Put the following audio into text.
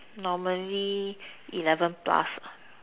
normally eleven plus lah